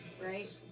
Right